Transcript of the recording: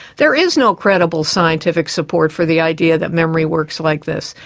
there is no credible scientific support for the idea that memory works like this,